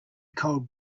cold